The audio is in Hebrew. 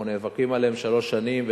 אנחנו נאבקים עליהם שלוש שנים,